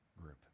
group